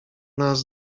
nas